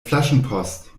flaschenpost